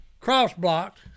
cross-blocked